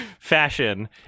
fashion